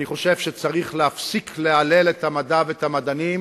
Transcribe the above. אני חושב שצריך להפסיק להלל את המדע ואת המדענים